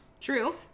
True